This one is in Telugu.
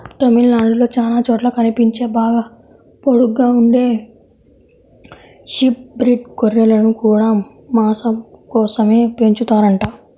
తమిళనాడులో చానా చోట్ల కనిపించే బాగా పొడుగ్గా ఉండే షీప్ బ్రీడ్ గొర్రెలను గూడా మాసం కోసమే పెంచుతారంట